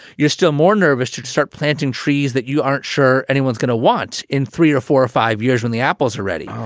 you're still more nervous. should start planting trees that you aren't sure anyone's going to want in three or four or five years when the apples are ready.